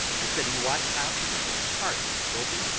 the city watch house is a part of the building.